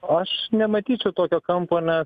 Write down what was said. aš nematyčiau tokio kampo nes